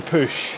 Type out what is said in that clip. push